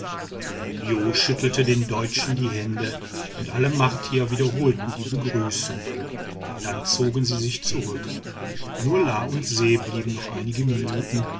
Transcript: schüttelte den deutschen die hände und alle martier wiederholten die begrüßung dann zogen sie sich zurück nur la und se blieben noch einige minuten